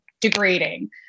degrading